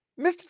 mr